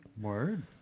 Word